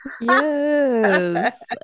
Yes